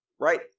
right